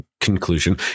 conclusion